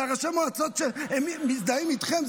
אלה ראשי מועצות שמזדהים איתכם,